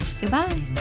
Goodbye